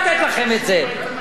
אז אני רוצה לדבר אמת.